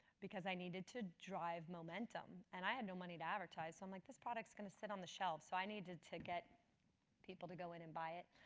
because i needed to drive momentum. and i had no money to advertise, so i'm like, this product's going to sit on the shelf, so i needed to get people to go in and buy it.